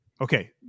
Okay